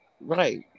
right